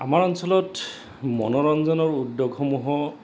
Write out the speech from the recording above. আমাৰ অঞ্চলত মনোৰঞ্জনৰ উদ্যোগসমূহ